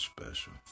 special